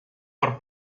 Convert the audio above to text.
por